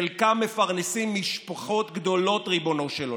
חלקם מפרנסים משפחות גדולות, ריבונו של עולם.